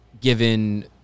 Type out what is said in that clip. given